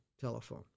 telephone